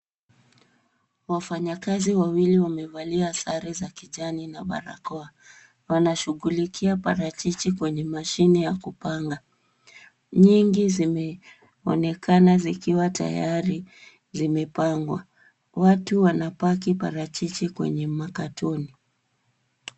Wafanyakazi wawili wamevalia sare za kijani na barakoa. Wanashughulikia parachichi kwenye mashine ya kupanga. Nyingi zimeonekana zikiwa tayari zimepangwa. Watu wanapaki parachichi kwenye makatoni.